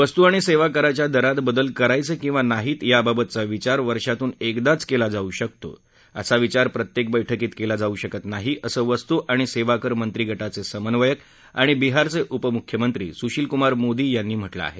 वस्तु आणि सेवा कराच्या दरात बदल करायचे किंवा नाहीत याबाबतचा विचार वर्षातून एकदाच केला जाऊ शकतो असा विचार प्रत्येक बैठकीत केला जाऊ शकत नाही असं वस्तु आणि सेवाकर मंत्रीगटाचे समन्वयक आणि बिहारचे उपमुख्यमंत्री सुशीलकुमार मोदी यांनी म्हटलं आहे